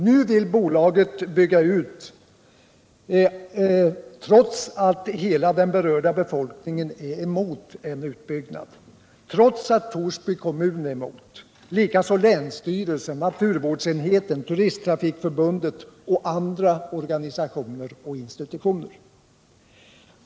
Nu vill bolaget bygga ut trots att hela den berörda befolkningen är emot en utbyggnad och trots att Torsby kommun är emot, likaså länsstyrelsen, naturvårdsenheten, Turisttrafikförbundet och andra organisationer och institutioner.